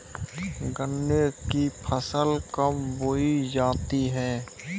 गन्ने की फसल कब बोई जाती है?